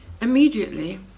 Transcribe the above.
Immediately